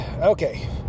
Okay